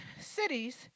cities